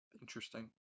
Interesting